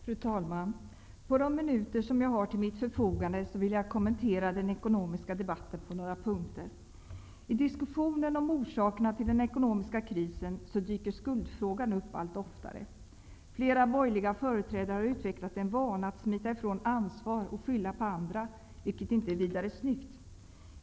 Fru talman! På de minuter som jag har till mitt förfogande vill jag kommentera den ekonomiska debatten på några punkter. I diskussionen om orsakerna till den ekonomiska krisen dyker skuldfrågan upp allt oftare. Flera borgerliga företrädare har utvecklat en vana att smita ifrån ansvar och skylla på andra, vilket inte är vidare snyggt.